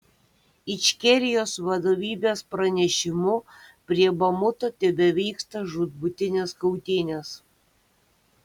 ičkerijos vadovybės pranešimu prie bamuto tebevyksta žūtbūtinės kautynės